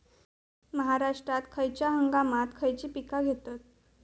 महाराष्ट्रात खयच्या हंगामांत खयची पीका घेतत?